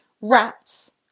Rats